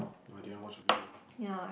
no I didn't watch the video